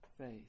faith